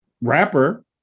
rapper